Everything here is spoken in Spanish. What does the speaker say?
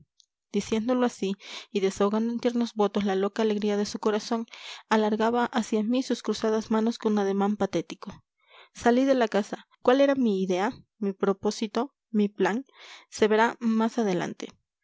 diciéndolo así y desahogando en tiernos votos la loca alegría de su corazón alargaba hacia mí sus cruzadas manos con ademán patético salí de la casa cuál era mi idea mi propósito mi plan se verá más adelante